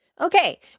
Okay